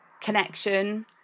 connection